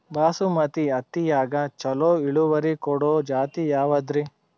ಬಾಸಮತಿ ಅಕ್ಕಿಯಾಗ ಚಲೋ ಇಳುವರಿ ಕೊಡೊ ಜಾತಿ ಯಾವಾದ್ರಿ?